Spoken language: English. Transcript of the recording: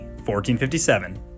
1457